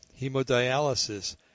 hemodialysis